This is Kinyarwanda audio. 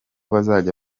bazajya